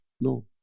No